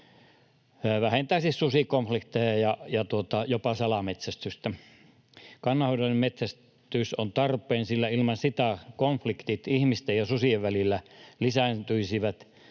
vähentäisi susikonflikteja ja jopa salametsästystä. Kannanhoidollinen metsästys on tarpeen, sillä ilman sitä konfliktit ihmisten ja susien välillä lisääntyisivät